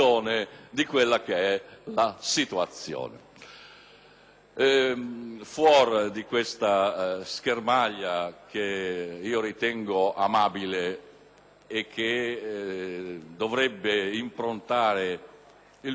Fuori di questa schermaglia che ritengo amabile e che dovrebbe improntare il più spesso possibile i lavori parlamentari,